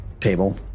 table